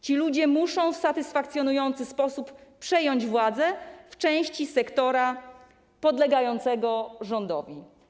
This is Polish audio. Ci ludzie muszą w satysfakcjonujący sposób przejąć władzę w części sektora podlegającego rządowi.